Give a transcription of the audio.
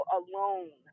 alone